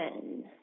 ten